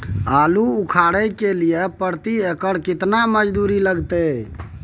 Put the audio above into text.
आलू उखारय के लिये प्रति एकर केतना मजदूरी लागते?